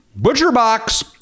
Butcherbox